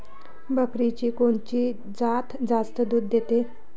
बकरीची कोनची जात जास्त दूध देते?